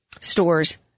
stores